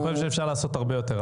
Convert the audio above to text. אני חושב שאפשר לעשות הרבה יותר,